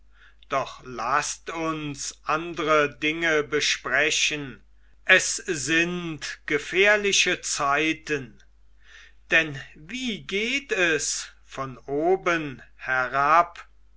doch laßt uns andre dinge besprechen es sind gefährliche zeiten denn wie geht es von oben herab